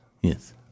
Yes